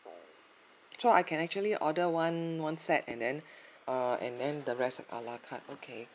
so I can actually order one one set and then err and then the rest are a la carte okay